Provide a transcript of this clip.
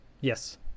Yes